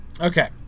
okay